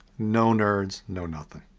no nerds. no nothing!